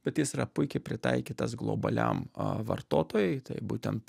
bet jis yra puikiai pritaikytas globaliam vartotojui tai būtent